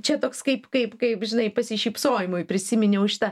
čia toks kaip kaip kaip žinai pasišypsojimui prisiminiau šitą